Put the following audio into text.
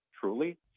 truly